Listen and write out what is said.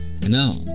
Now